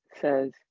says